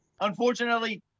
unfortunately